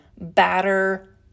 batter